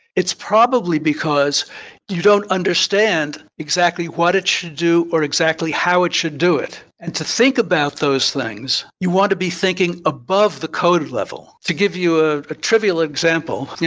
it's probably because you don't understand exactly what it should do, or exactly how it should do it. and to think about those things, you want to be thinking above the code level. to give you ah a trivial example,